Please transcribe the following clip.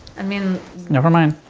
i mean nevermind.